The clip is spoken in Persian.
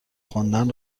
خواندن